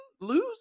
lose